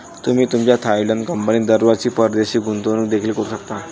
तुम्ही तुमच्या थायलंड कंपनीत दरवर्षी परदेशी गुंतवणूक देखील करू शकता